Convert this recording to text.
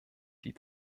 die